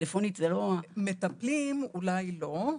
מטפלים אולי לא.